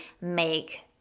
make